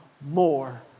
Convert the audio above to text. more